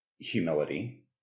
humility